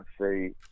say